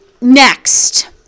Next